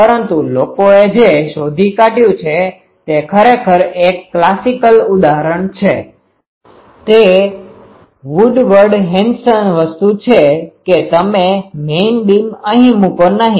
પરંતુ લોકોએ જે શોધી કાઢ્યું છે તે ખરેખર એક ક્લાસિકલ ઉદાહરણ છે તે વુડવર્ડ હેન્સન વસ્તુ છે કે તમે મેઈન બીમ અહી મુકો નહી